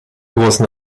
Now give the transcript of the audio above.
großen